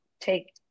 take